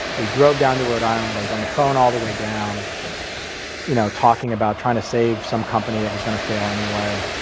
we drove down to rhode island, i was on the phone all the way down you know, talking about trying to save some company that was going to fail anyway.